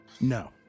No